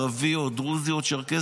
ילד ערבי או ילד דרוזי או ילד צ'רקסי,